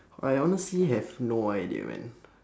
I honestly have no idea man